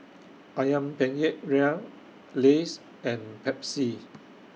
Ayam Penyet Ria Lays and Pepsi